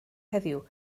heddiw